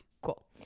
Cool